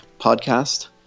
Podcast